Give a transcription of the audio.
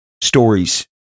stories